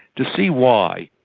to see why,